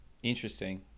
Interesting